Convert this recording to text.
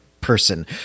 person